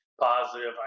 Positive